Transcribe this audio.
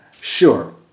Sure